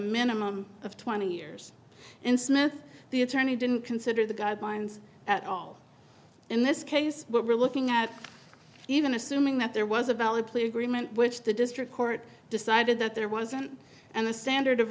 minimum of twenty years in smith the attorney didn't consider the guidelines at all in this case we're looking at even assuming that there was a valid plea agreement which the district court decided that there wasn't and the standard of